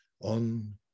on